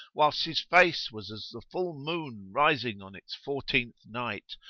whilst his face was as the full moon rising on its fourteenth night,